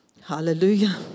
Hallelujah